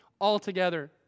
altogether